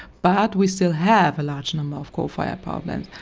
but we still have a large number of coal-fired power plants,